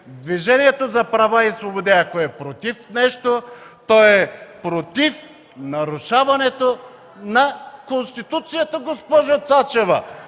Движението за права и свободи, ако е против нещо, то е против нарушаването на Конституцията, госпожо Цачева!